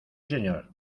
señor